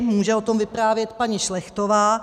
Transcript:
Může o tom vyprávět paní Šlechtová.